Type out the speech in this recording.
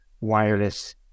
wireless